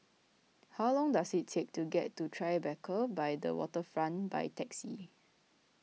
how long does it take to get to Tribeca by the Waterfront by taxi